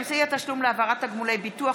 (אמצעי התשלום להעברת תגמולי ביטוח),